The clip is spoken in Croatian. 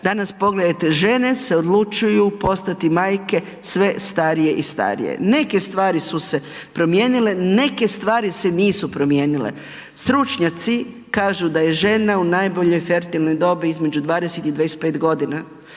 Danas pogledajte žene se odlučuju postati majke sve starije i starije. Neke stvari su se promijenile, neke stvari se nisu promijenile. Stručnjaci kažu da je žena u najboljoj fertilnoj dobi između 20 i 25 godina.